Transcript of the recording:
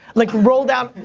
like rolled out,